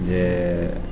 जे